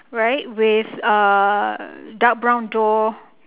right with uh dark brown door